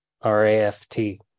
R-A-F-T